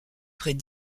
près